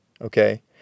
okay